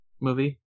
movie